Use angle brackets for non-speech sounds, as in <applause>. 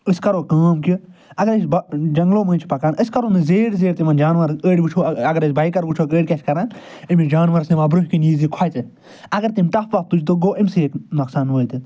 أسۍ کرو کٲم کہِ اگر أسۍ <unintelligible> جنٛگلو مٔنٛزۍ چھِ پکان أسۍ کرو نہٕ زیٖر زیٖر تِمَن جانورَن أڑۍ وٕچھو اگر أسۍ بایکَر وٕچھوکھ أڑۍ کیٛاہ چھِ کران أمِس جانورس یِوان برٛونٛہہِ کِنۍ یہِ زِ کھوٚژِ اگر تٔمۍ تَف وَف تُج تہٕ گوٚو أمۍسٕے ہیٚکہِ نۄقصان وٲتِتھ